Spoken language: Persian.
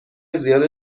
زیاد